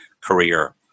career